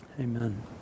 Amen